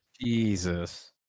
Jesus